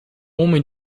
homem